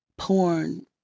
Porn